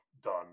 done